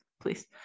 Please